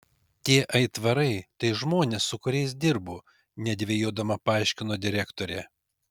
tie aitvarai tai žmonės su kuriais dirbu nedvejodama paaiškino direktorė